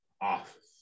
office